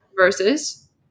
versus